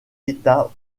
état